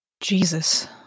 Jesus